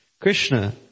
Krishna